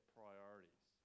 priorities